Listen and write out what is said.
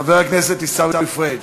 חבר הכנסת עיסאווי פריג'.